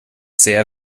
sehr